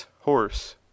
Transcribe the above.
horse